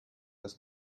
this